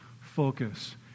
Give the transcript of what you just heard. focus